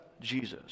Jesus